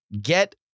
get